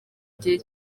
gihe